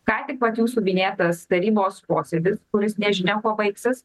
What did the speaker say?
ką tik vat jūsų minėtas tarybos posėdis kuris nežinia kuo baigsis